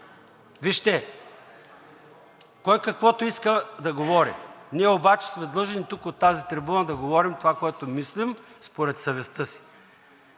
Вижте, кой каквото иска да говори, ние обаче сме длъжни тук, от тази трибуна, да говорим това, което мислим, според съвестта си.